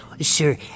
Sir